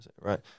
right